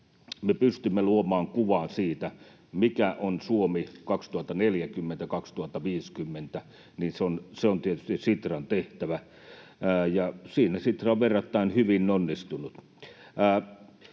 me pystymme luomaan kuvaa siitä, mikä on Suomi 2040—2050, on tietysti Sitran tehtävä, ja siinä Sitra on verrattain hyvin onnistunut.